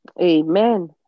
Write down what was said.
Amen